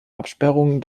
absperrungen